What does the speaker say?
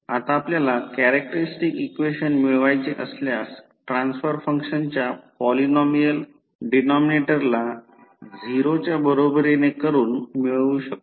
आता आपल्याला characteristics equation मिळवायचे असल्यास ट्रान्सफर फंक्शनच्या पॉलीनॉमीयल डिनॉमिनेटरला 0 च्या बरोबरीने करुन मिळवू शकतो